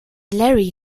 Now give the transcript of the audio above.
larry